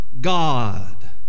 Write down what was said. God